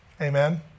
Amen